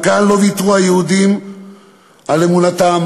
גם כאן "לא ויתרו היהודים על אמונתם.